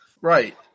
Right